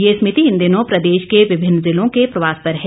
ये समिति इन दिनों प्रदेश के विभिन्न जिलों के प्रवास पर है